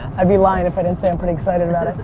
i'd be lying if i didn't say i'm pretty excited about it.